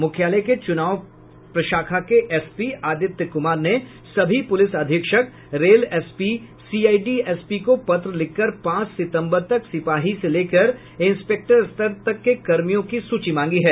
मुख्यालय के चुनाव प्रशाखा के एसपी आदित्य कुमार ने सभी पुलिस अधीक्षक रेल एसपी सीआईडी एसपी को पत्र लिखकर पांच सितम्बर तक सिपाही से लेकर इंस्पेक्टर स्तर तक के कर्मियों की सूची मांगी है